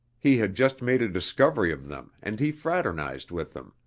he had just made a discovery of them and he fraternized with them,